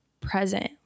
present